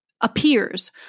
appears